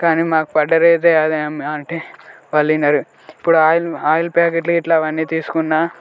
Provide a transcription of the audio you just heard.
కానీ మాకు పడ్డ రేటే అది అంటే వాళ్ళు వినరు ఇప్పుడు ఆయిల్ ఆయిల్ ప్యాకెట్లు గిట్లా అవన్నీ తీసుకున్నా